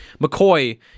McCoy